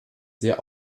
sehr